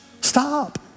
stop